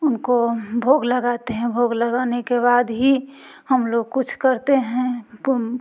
उनको भोग लगाते हैं भोग लगाने के बाद ही हम लोग कुछ करते हैं उपुम